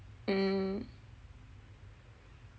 mm